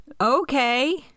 Okay